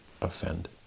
offend